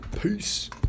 Peace